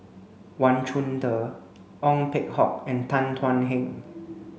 Wang Chunde Ong Peng Hock and Tan Thuan Heng